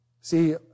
See